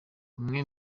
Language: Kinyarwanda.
umwe